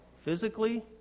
physically